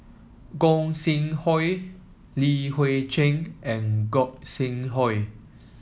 Gog Sing Hooi Li Hui Cheng and Gog Sing Hooi